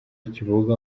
kivuga